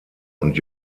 und